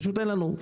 פשוט אין לנו,